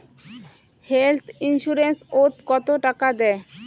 Health insurance ওত কত টাকা দেয়?